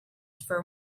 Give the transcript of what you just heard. for